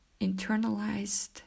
internalized